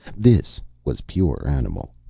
this was pure animal.